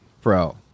Bro